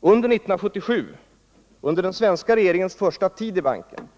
Under 1977, under den svenska regeringens första tid i banken,